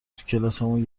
توکلاسمون